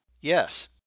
Yes